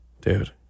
dude